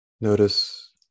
Notice